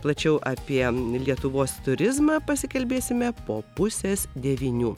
plačiau apie lietuvos turizmą pasikalbėsime po pusės devynių